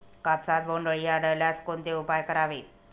कापसात बोंडअळी आढळल्यास कोणते उपाय करावेत?